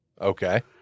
Okay